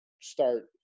start